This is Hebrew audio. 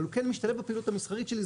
אבל הוא כן משתלב בפעילות המסחרית שלי,